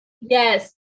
yes